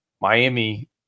Miami